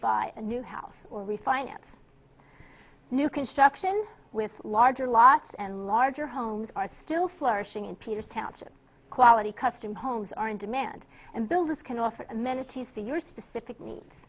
buy a new house or refinance new construction with larger lots and larger homes are still flourishing in peter's township quality custom homes are in demand and builders can offer amenities for your specific needs